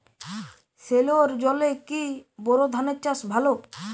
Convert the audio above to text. সেলোর জলে কি বোর ধানের চাষ ভালো?